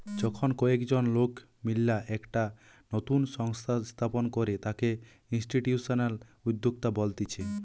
যখন কয়েকজন লোক মিললা একটা নতুন সংস্থা স্থাপন করে তাকে ইনস্টিটিউশনাল উদ্যোক্তা বলতিছে